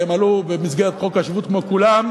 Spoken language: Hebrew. כי הם עלו במסגרת חוק השבות כמו כולם,